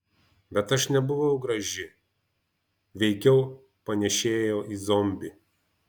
bet aš nebuvau graži veikiau panėšėjau į zombį